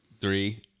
Three